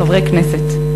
חברי הכנסת.